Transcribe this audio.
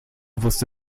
wusste